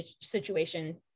situation